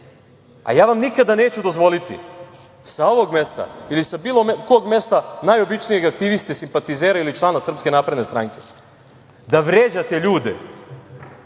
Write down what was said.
vam nikada neću dozvoliti, sa ovog mesta ili sa bilo kog mesta, najobičnijeg aktiviste, simpatizera ili člana SNS, da vređate ljude